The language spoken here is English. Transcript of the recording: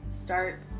start